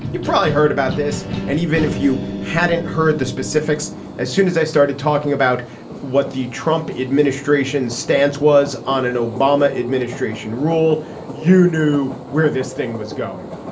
you've probably heard about this and even if you hadn't heard the specifics as soon as i started talking about what the trump administration stance was on an obama administration rule you knew where this thing was going.